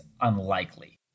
unlikely